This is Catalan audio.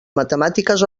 matemàtiques